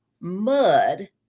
mud